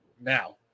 now